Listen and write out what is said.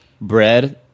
bread